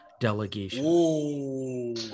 delegation